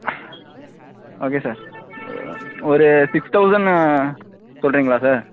okay sir ஒரு six தௌசண்ணு சொல்றீங்களா சார்